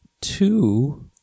two